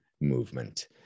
movement